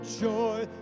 joy